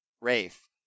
Rafe